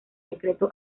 decreto